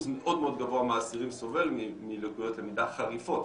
מאוד מאוד גבוה שסובל מלקויות למידה חריפות,